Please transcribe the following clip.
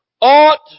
Ought